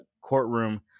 courtroom